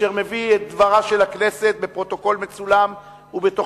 אשר מביא את דברה של הכנסת בפרוטוקול מצולם ובתוכניות